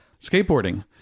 Skateboarding